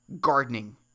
gardening